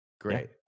Great